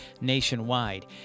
nationwide